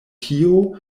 tio